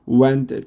went